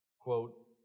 Quote